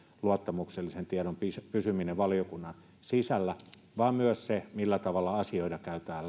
luottamuksellisen tiedon pysyminen valiokunnan sisällä vaan myös millä tavalla asioita